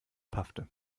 paffte